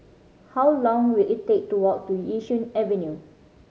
how long will it take to walk to Yishun Avenue